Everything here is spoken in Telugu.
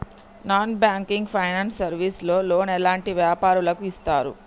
నాన్ బ్యాంకింగ్ ఫైనాన్స్ సర్వీస్ లో లోన్ ఎలాంటి వ్యాపారులకు ఇస్తరు?